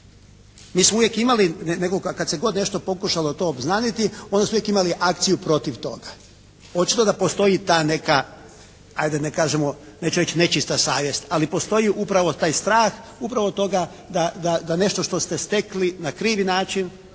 Mi smo uvijek imali nekoga kad se god nešto pokušalo to obznaniti onda su uvijek imali akciju protiv toga. Očito da postoji ta neka hajde da ne kažemo neću reći nečista savjest, ali postoji upravo strah upravo od toga da nešto što ste stekli na krivi način